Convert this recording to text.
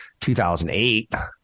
2008